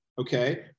Okay